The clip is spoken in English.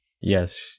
Yes